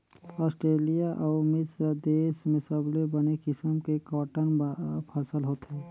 Australia अउ मिस्र देस में सबले बने किसम के कॉटन फसल होथे